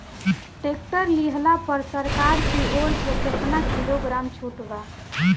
Tractor लिहला पर सरकार की ओर से केतना किलोग्राम छूट बा?